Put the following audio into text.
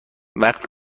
وقت